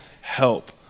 help